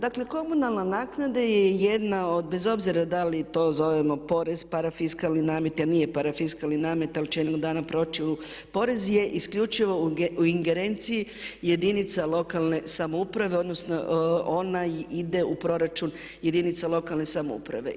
Dakle, komunalna naknada je jedna od bez obzira da li to zovemo porez, parafiskalni namet, jer nije parafiskalni namet ali će jednog dana proći u, porez je isključivo u ingerenciji jedinica lokalne samouprave, odnosno ona ide u proračun jedinica lokalne samouprave.